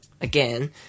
again